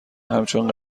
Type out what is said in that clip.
همچون